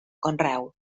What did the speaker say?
conreu